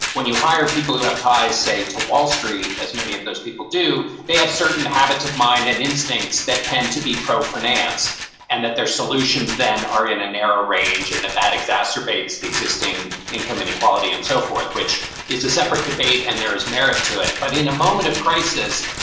when you hire people who have ties, say, to wall street, as many of those people do, they have certain habits of mind and instincts that tend to be pro finance and that their solutions then are in a narrow range and that that exacerbates the existing income inequality and so forth, which is a separate debate. and there is merit to it. but in a moment of crisis,